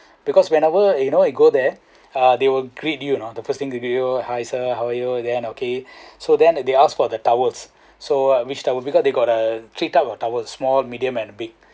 because whenever you know you go there uh they will greet you you know the first thing they greet you hi sir how are you then okay so then they ask for the towels so which towel because they got a three types of towel small medium and big